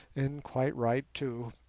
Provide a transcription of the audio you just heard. and quite right too.